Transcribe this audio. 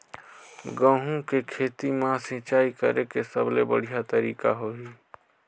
गंहू के खेती मां सिंचाई करेके सबले बढ़िया तरीका होही?